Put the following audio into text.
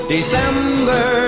December